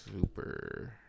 Super